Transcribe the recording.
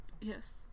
yes